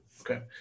Okay